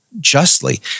justly